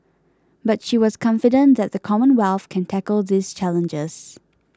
but she was confident that the Commonwealth can tackle these challenges